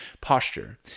posture